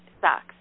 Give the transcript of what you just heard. sucks